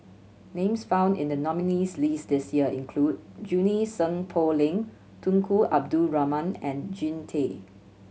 names found in the nominees' list this year include Junie Sng Poh Leng Tunku Abdul Rahman and Jean Tay